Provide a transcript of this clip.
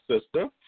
sister